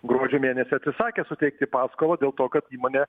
gruodžio mėnesį atsisakė suteikti paskolą dėl to kad įmonė